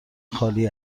خالی